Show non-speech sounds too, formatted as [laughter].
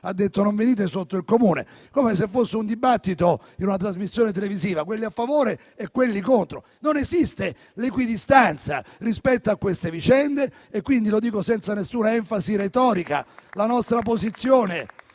ha detto di non venire sotto il Comune, come se fosse un dibattito di una trasmissione televisiva, con quelli a favore e quelli contro. Non esiste l'equidistanza rispetto a queste vicende, [applause] quindi ribadisco senza nessuna enfasi retorica la nostra posizione